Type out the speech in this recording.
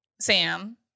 Sam